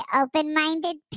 open-minded